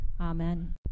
Amen